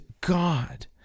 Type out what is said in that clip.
God